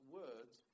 words